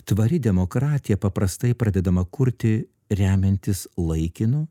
tvari demokratija paprastai pradedama kurti remiantis laikinu